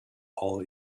all